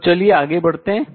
तो चलिए आगे बढ़ते हैं